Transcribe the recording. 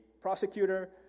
prosecutor